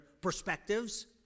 perspectives